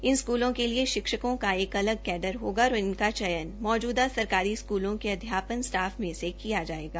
इन स्कूलों के लिए शिक्षकों का एक अलग कैडर होगा और इनका चयन मौजूदा सरकारी स्कूलों के अध्यापन स्टाफ में से किया जायेगा